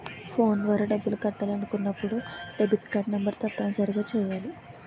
phone ద్వారా డబ్బులు కట్టాలి అనుకున్నప్పుడు డెబిట్కార్డ్ నెంబర్ తప్పనిసరిగా తెలియాలి